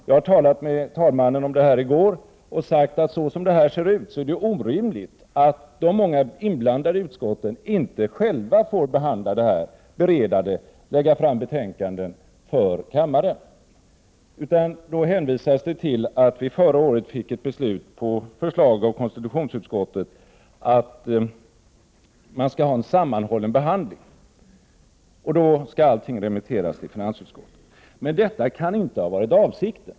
Jag talade med talmannen om detta i går och sade att så som kompletteringspropositionen ser ut är det orimligt att de många inblandade utskotten inte själva får behandla den, bereda den och lägga fram betänkanden för kammaren. Det hänvisas till att vi förra året på förslag av konstitutionsutskottet fattade beslut om en sammanhållen behandling, och då skall allting remitteras till finansutskottet. Detta kan inte ha varit avsikten.